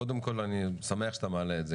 קודם כל אני שמח שאתה מעלה את זה,